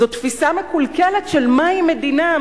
זו תפיסה מקולקלת של מהי מדינה,